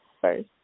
first